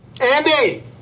Andy